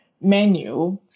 menu